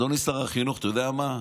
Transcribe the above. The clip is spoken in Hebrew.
אדוני שר החינוך, אתה יודע מה?